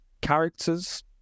characters